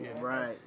Right